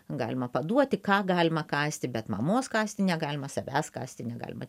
galima paduoti ką galima kąsti bet mamos kąsti negalima savęs kąsti negalima